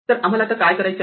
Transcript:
तर आम्हाला काय करायचे आहे